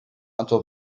until